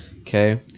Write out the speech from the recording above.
okay